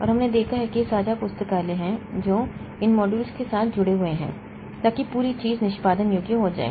और हमने देखा है कि साझा पुस्तकालय हैं जो इन मॉड्यूल के साथ जुड़े हुए हैं ताकि पूरी चीज निष्पादन योग्य हो जाए